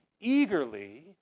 eagerly